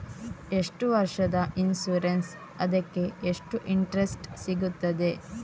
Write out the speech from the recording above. ಎಷ್ಟು ವರ್ಷದ ಇನ್ಸೂರೆನ್ಸ್ ಅದಕ್ಕೆ ಎಷ್ಟು ಇಂಟ್ರೆಸ್ಟ್ ಸಿಗುತ್ತದೆ?